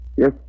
Yes